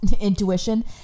intuition